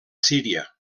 síria